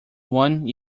one